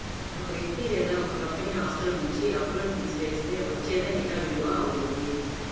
ఒక వ్యక్తి లేదా ఒక కంపెనీ ఆస్తుల నుంచి అప్పులను తీసివేస్తే వచ్చేదే నికర విలువ అవుతుంది